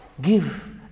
give